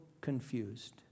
confused